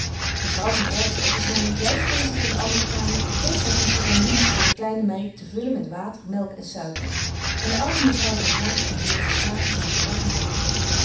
mevrouw van erlevoort was namelijk juist bezig in de andere kamer het theeserviesje van lientje voor de kleine meid te vullen met water melk en suiker en de oude mevrouw van raat en de heer verstraeten zagen lachend toe